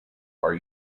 are